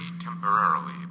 temporarily